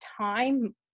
time